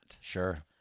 Sure